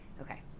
okay